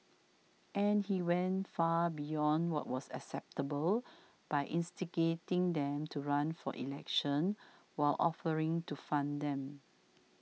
and he went far beyond what was acceptable by instigating them to run for elections while offering to fund them